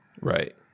Right